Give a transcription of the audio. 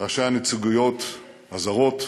ראשי הנציגויות הזרות,